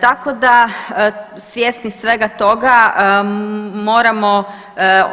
Tako da svjesni svega toga moramo